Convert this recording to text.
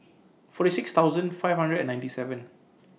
forty six thousand five hundred and ninety seven